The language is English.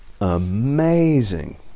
amazing